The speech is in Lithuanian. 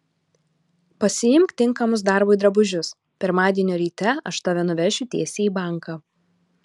pasiimk tinkamus darbui drabužius pirmadienio ryte aš tave nuvešiu tiesiai į banką